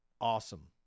awesome